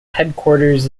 headquarters